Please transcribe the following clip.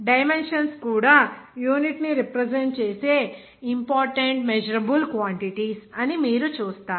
dimensions కూడా unit ని represent చేసే ఇంపార్టెంట్ మెజరబుల్ క్వాంటిటీస్ అని మీరు చూస్తారు